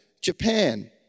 Japan